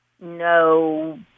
no